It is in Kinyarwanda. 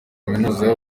kaminuza